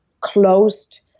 closed